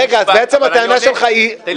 רגע, אז בעצם הטענה שלך היא --- תן לי לסיים.